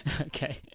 Okay